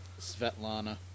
Svetlana